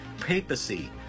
papacy